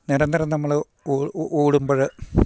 നിരന്തരം നമ്മള് ഓടുമ്പഴ്